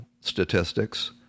statistics